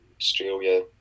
Australia